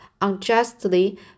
unjustly